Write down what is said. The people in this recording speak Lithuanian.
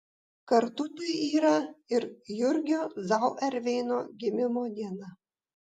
kartu tai yra ir jurgio zauerveino gimimo diena